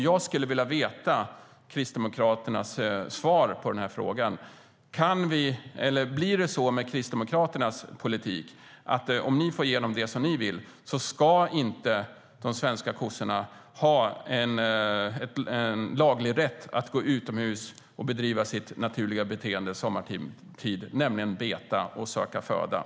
Jag skulle vilja veta Kristdemokraternas svar på frågan: Om ni i Kristdemokraterna får igenom det ni vill med er politik, ska inte de svenska kossorna ha en laglig rätt att gå utomhus och bedriva sitt naturliga beteende sommartid, nämligen att beta och söka föda?